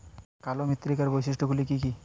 কালো মৃত্তিকার বৈশিষ্ট্য গুলি কি কি?